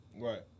Right